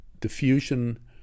diffusion